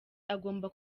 agomba